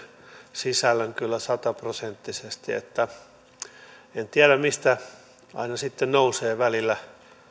sisällön kyllä sataprosenttisesti en tiedä mistä aina sitten nousee välillä